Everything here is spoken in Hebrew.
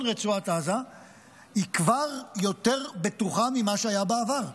רצועת עזה היא כבר יותר בטוחה ממה שהיה בעבר,